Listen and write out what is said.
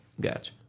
Gotcha